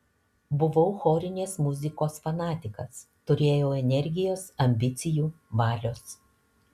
buvau chorinės muzikos fanatikas turėjau energijos ambicijų valios